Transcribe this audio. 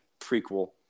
prequel